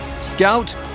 Scout